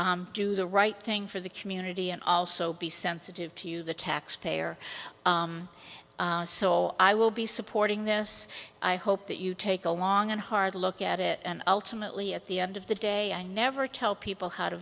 do the right thing for the community and also be sensitive to the taxpayer so i will be supporting this i hope that you take a long and hard look at it and ultimately at the end of the day i never tell people how to